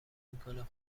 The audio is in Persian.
میکنه